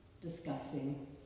discussing